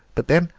but, then,